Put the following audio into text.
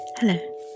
Hello